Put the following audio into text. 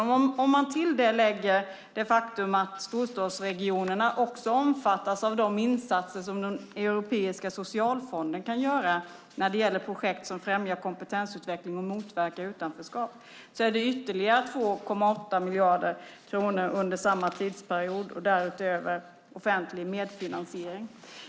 Om man till det lägger det faktum att storstadsregionerna också omfattas av de insatser som den europeiska socialfonden kan göra när det gäller projekt som främjar kompetensutveckling och motverkar utanförskap är det ytterligare 2,8 miljarder kronor under samma tidsperiod. Därutöver finns offentlig medfinansiering.